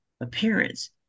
appearance